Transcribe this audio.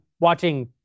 watching